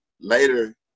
later